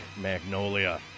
Magnolia